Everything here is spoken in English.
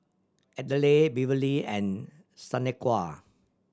Ardelle Beverly and Shanequa